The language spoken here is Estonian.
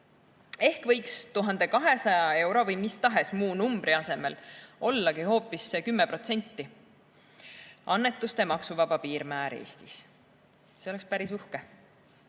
Ehk võiks 1200 euro või mis tahes muu numbri asemel ollagi hoopis see 10% annetuste maksuvaba piirmäär Eestis. See oleks päris uhke.